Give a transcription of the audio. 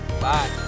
bye